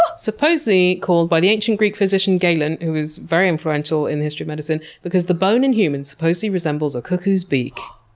ah supposedly called by the ancient greek physician galen who was very influential in the history of medicine because the bone in humans supposedly resembles or cuckoo's beak.